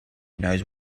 knows